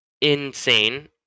insane